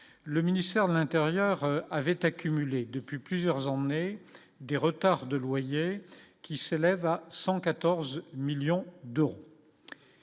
le ministère de l'Intérieur avait accumulé depuis plusieurs emmener des retards de loyer qui s'élève à 114 millions d'euros